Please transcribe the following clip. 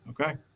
Okay